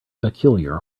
peculiar